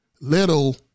little